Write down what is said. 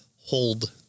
hold